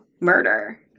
murder